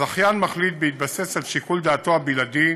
הזכיין מחליט, בהתבסס על שיקול דעתו הבלעדי,